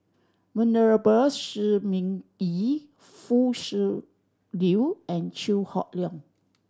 Venerable Shi Ming Yi Foo Liew and Chew Hock Leong